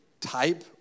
type